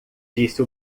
disse